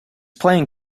playing